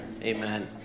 Amen